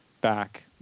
back